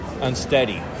Unsteady